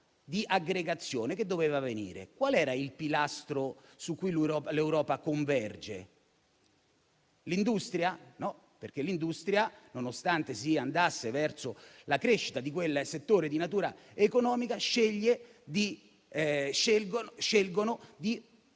di aggregazione che doveva venire. Qual era il pilastro su cui l'Europa converge? L'industria? No, perché l'industria, nonostante si andasse verso la crescita di quel settore di natura economica, sceglie di